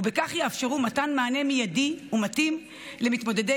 ובכך יאפשרו מתן מענה מיידי ומתאים למתמודדי